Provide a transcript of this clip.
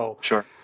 Sure